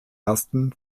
ersten